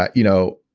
yeah you know,